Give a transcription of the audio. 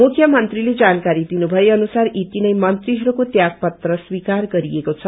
मुख्यमन्त्रीले जानकारी दिनु भए अनुसार यि तीनै मंत्रीहरूको त्यागपत्र स्वीकार गरिएको द